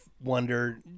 wonder